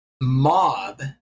mob